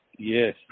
Yes